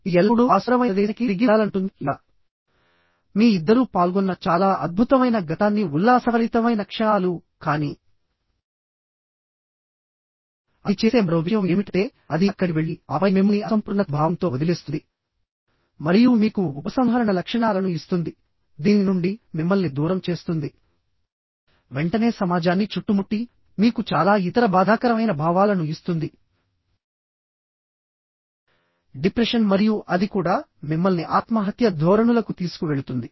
ఇది ఎల్లప్పుడూ ఆ సుందరమైన ప్రదేశానికి తిరిగి వెళ్లాలనుకుంటుంది లేదా మీ ఇద్దరూ పాల్గొన్న చాలా అద్భుతమైన గతాన్ని ఉల్లాసభరితమైన క్షణాలు కానీ అది చేసే మరో విషయం ఏమిటంటే అది అక్కడికి వెళ్లి ఆపై మిమ్మల్ని అసంపూర్ణత భావంతో వదిలివేస్తుంది మరియు మీకు ఉపసంహరణ లక్షణాలను ఇస్తుంది దీని నుండి మిమ్మల్ని దూరం చేస్తుంది వెంటనే సమాజాన్ని చుట్టుముట్టి మీకు చాలా ఇతర బాధాకరమైన భావాలను ఇస్తుంది డిప్రెషన్ మరియు అది కూడా మిమ్మల్ని ఆత్మహత్య ధోరణులకు తీసుకువెళుతుంది